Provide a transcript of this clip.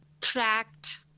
tracked